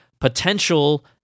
potential